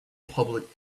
public